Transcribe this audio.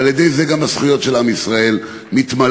ועל-ידי זה גם הזכויות של עם ישראל מתמלאות,